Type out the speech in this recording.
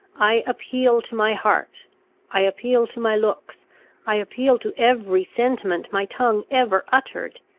i appeal to my heart i appeal to my looks i appeal to every sentiment my tongue ever uttered.